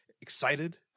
excited